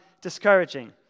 discouraging